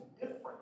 different